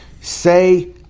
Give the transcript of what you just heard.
Say